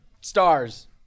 stars